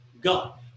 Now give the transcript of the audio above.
God